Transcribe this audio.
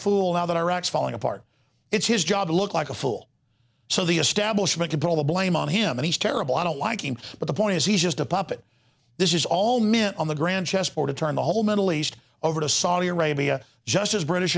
that iraq is falling apart it's his job to look like a fool so the establishment can put all the blame on him and he's terrible i don't like him but the point is he's just a puppet this is all mint on the grand chessboard to turn the whole middle east over to saudi arabia just as british